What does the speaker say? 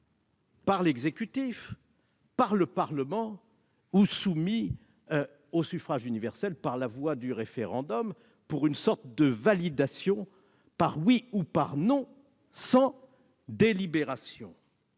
par l'exécutif ou le Parlement ou soumis au suffrage universel par la voie du référendum pour une sorte de validation par oui ou par non sans délibération.